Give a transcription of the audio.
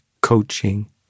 coaching